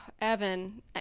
Evan